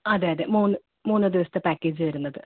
അതെ അതെ മൂന്ന് മൂന്ന് ദിവസത്തെ പാക്കേജ് വരുന്നത്